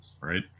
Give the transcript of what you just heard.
Right